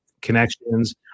connections